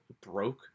broke